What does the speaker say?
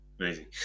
Amazing